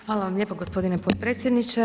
Hvala vam lijepo gospodine potpredsjedniče.